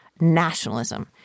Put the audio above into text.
nationalism